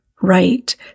right